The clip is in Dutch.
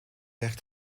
echt